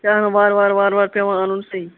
پٮ۪وان وارٕ وار وارٕ وارٕ پٮ۪وان اَنُن صحیح